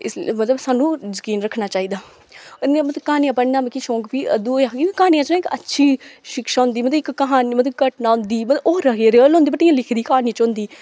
ते मतलब सानू जकीन रक्खना चाहिदा इयां मतलब क्हानियां पढ़ने दा शौंक बी अंदू होएआ हा कि क्हानियें च ना इक अच्छी शिक्षा होंदी मतलब इक क्हानी च इक घटना होंदी मतलब ओह् रियल होंदी बट लिखी दी क्हानी च होंदी